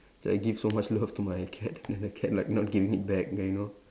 like give so much love to my cat then the cat like not giving it back you know